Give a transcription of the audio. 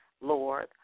Lord